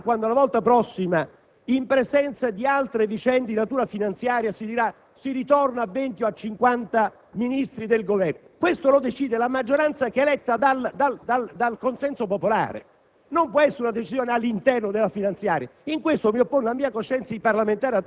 affrontarispetto al proprio elettorato e alla propria opinione pubblica. E che sarà, quando la volta prossima, in presenza di altre vicende di natura finanziaria, si dirà che si ritorna a 20 o a 50 Ministri del Governo? Questo lo decide la maggioranza che è eletta dal consenso popolare,